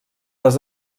les